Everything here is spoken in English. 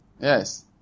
Yes